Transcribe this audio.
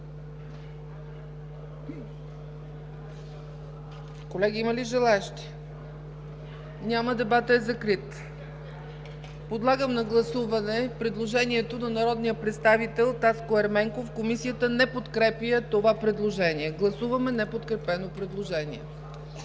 Колеги, има ли желаещи? Няма. Дебатът е закрит. Подлагам на гласуване предложението на народния представител Таско Ерменков, Комисията не подкрепя това предложение. Гласували 125 народни представители: